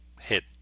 hit